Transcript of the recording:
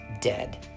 dead